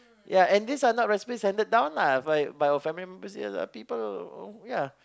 ya and these are not recipes handed down lah by by our family members there are people ya